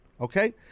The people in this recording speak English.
Okay